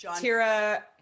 Tira